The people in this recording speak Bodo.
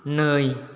नै